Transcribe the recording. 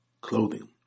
clothing